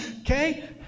Okay